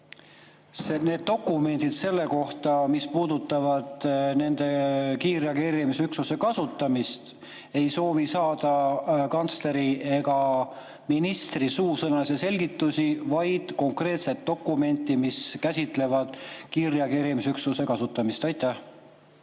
dokumendid selle kohta, mis puudutavad kiirreageerimisüksuse kasutamist. Ei soovi saada kantsleri ega ministri suusõnalisi selgitusi, vaid konkreetset dokumenti, mis käsitleb kiirreageerimisüksuse kasutamist.